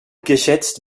geschätzt